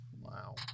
Wow